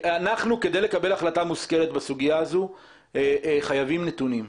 כדי לקבל החלטה מושכלת בסוגיה הזאת אנחנו חייבים נתונים.